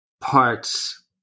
parts